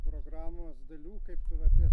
programos dalių kaip tu vat jas